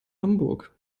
hamburg